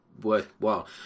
worthwhile